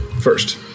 first